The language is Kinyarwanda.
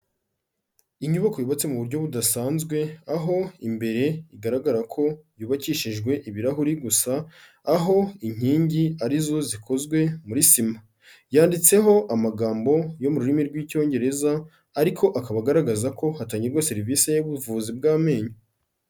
Inyubako yubatse mu buryo budasanzwe, aho imbere igaragara ko yubakishijwe ibirahuri gusa, aho inkingi ari zo zikozwe muri sima. Yanditseho amagambo yo mu rurimi rw'icyongereza ariko akaba agaragaza ko hatangirwagwa serivise y'ubuvuzi bw'amenyo.